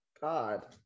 God